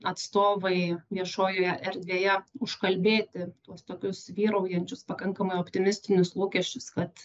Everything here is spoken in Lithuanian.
atstovai viešojoje erdvėje užkalbėti tuos tokius vyraujančius pakankamai optimistinius lūkesčius kad